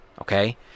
Okay